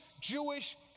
Jewish